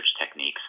techniques